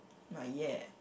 but ya